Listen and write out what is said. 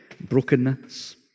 brokenness